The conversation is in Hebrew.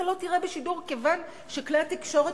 אתה לא תראה בשידור כיוון שכלי התקשורת